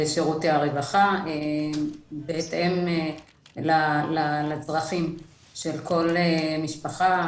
לשירותי הרווחה, בהתאם לצרכים של כל משפחה.